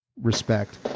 respect